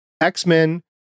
X-Men